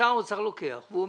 שר האוצר אומר: